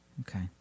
Okay